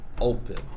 Open